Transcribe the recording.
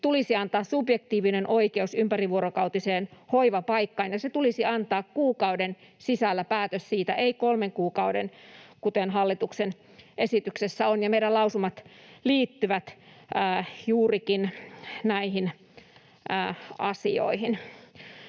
tulisi antaa subjektiivinen oikeus ympärivuorokautiseen hoivapaikkaan ja päätös siitä tulisi antaa kuukauden sisällä eikä kolmen kuukauden, kuten hallituksen esityksessä on. Meidän lausumat liittyvät juurikin näihin asioihin.